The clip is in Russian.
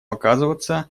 оказываться